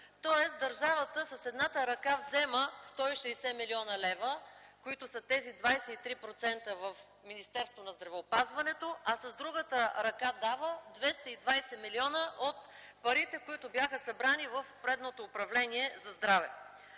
тоест държавата с едната ръка взема 160 млн. лв., които са тези 23% в Министерството на здравеопазването, а с другата ръка дава 220 милиона от парите, които бяха събрани в предното управление за здраве.